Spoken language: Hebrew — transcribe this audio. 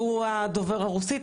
שהם דוברי הרוסית.